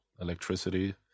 electricity